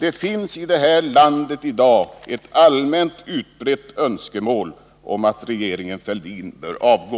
Det finns i vårt land i dag ett allmänt utbrett önskemål om att regeringen Fälldin skall avgå.